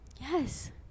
Yes